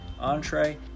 entree